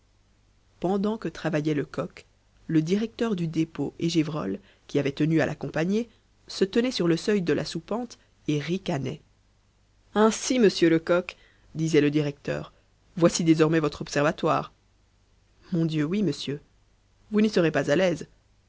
pendant que travaillait lecoq le directeur du dépôt et gévrol qui avaient tenu à l'accompagner se tenaient sur le seuil de la soupente et ricanaient ainsi monsieur lecoq disait le directeur voici désormais votre observatoire mon dieu oui monsieur vous n'y serez pas à l'aise